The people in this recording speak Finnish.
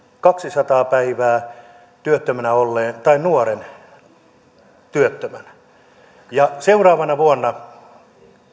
kaksisataa päivää työttömänä olleen tai nuoren työttömän ja seuraavana vuonna